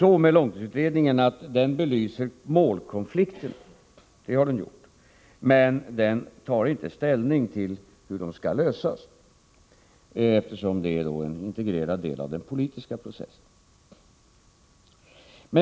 Långtidsutredningen belyser målkonflikterna — det har den gjort — men den tar inte ställning till hur de skall lösas, eftersom detta är en integrerad del av den politiska processen.